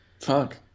Fuck